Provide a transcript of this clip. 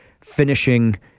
finishing